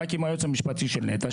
רק עם היועץ המשפטי של נת"ע,